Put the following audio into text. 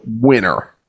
winner